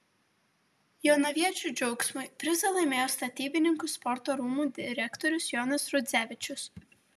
jonaviečių džiaugsmui prizą laimėjo statybininkų sporto rūmų direktorius jonas rudzevičius